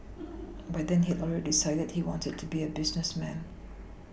by then he had already decided he wanted to be a businessman